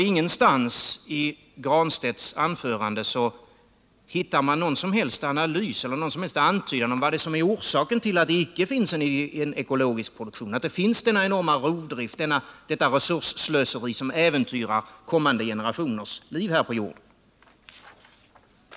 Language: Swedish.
Ingenstans i Pär Granstedts anförande hittar man någon antydan om vad som är orsaken till denna enorma rovdrift, till detta resursslöseri som äventyrar kommande generationers liv här på jorden.